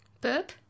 Burp